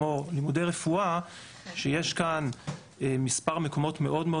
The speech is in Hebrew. כמו לימודי רפואה שיש כאן מספר מקומות מאוד מאוד